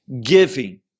giving